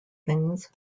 things